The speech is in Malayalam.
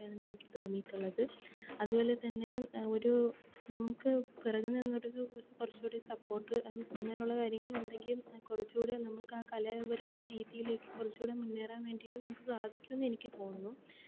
ഇതാണെനിക്ക് തോന്നിയിട്ടുള്ളത് അതുപോലെ തന്നെ ഒരു നമുക്ക് പിറകിൽ നിന്നൊരു കുറച്ചുംകൂടെ സപ്പോർട്ട് അങ്ങനെ ഉള്ള കാര്യങ്ങള് ഉണ്ടെങ്കിൽ കുറച്ചും കൂടെ നമുക്ക് ആ കലാപരമായ രീതിയിൽ കുറച്ച് മുന്നേറാനായിട്ട് സാധിക്കുമെന്ന് എനിക്ക് തോന്നുന്നു